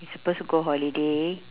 we supposed to go holiday